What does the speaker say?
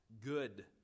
good